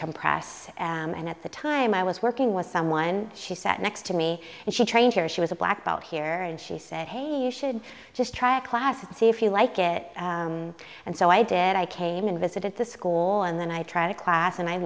decompress and at the time i was working with someone she sat next to me and she trained her she was a black belt here and she said hey you should just try a class and see if you like it and so i did i came and visited the school and then i try to class and i